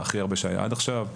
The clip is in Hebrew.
הכי הרבה שהיה עד עכשיו,